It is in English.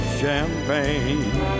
champagne